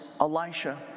Elisha